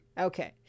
Okay